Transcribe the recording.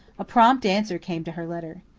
a prompt answer came to her letter.